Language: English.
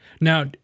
Now